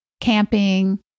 camping